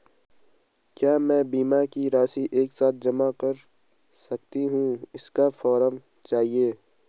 क्या मैं बीमा की राशि एक साथ जमा कर सकती हूँ इसका फॉर्म चाहिए?